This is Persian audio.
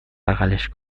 بغلش